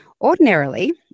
Ordinarily